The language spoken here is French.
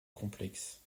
complexe